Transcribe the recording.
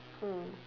mm